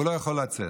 הוא לא יכול לצאת.